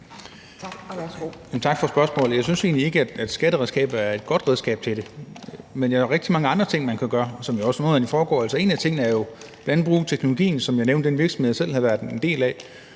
Tak for spørgsmålet. Jeg synes egentlig ikke, at skatteredskabet er et godt redskab til det. Men der er rigtig mange andre ting, man kan gøre, og hvor nogle af dem også foregår. Altså, en af tingene er jo at bruge teknologien, hvad jeg nævnte, i forhold til den virksomhed, jeg selv har været en del af.